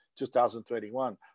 2021